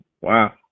Wow